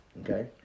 Okay